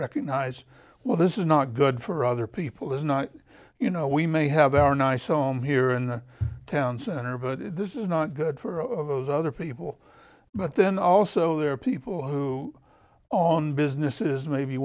recognize well this is not good for other people is not you know we may have our nice home here in town center but this is not good for all those other people but then also there are people who own businesses maybe